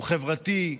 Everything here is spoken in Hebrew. הוא חברתי,